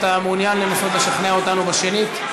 אתה מעוניין לנסות לשכנע אותנו בשנית,